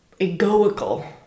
egoical